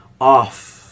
off